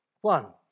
One